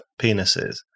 penises